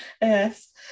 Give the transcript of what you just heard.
yes